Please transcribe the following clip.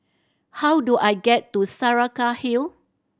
how do I get to Saraca Hill